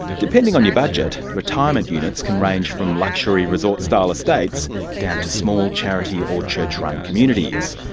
depending on your budget, retirement units can range from luxury resort-style estates down to small charity or church-run communities.